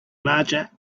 larger